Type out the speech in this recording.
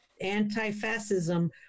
anti-fascism